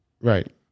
Right